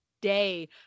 day